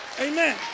Amen